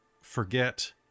forget